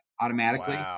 automatically